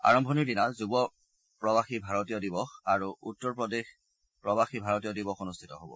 আৰম্ভণিৰ দিনা যুৱ প্ৰবাসী ভাৰতীয় দিৱস আৰু উত্তৰ প্ৰদেশ প্ৰবাসী ভাৰতীয় দিৱস অনুষ্ঠিত হ'ব